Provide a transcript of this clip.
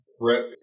Brett